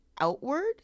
outward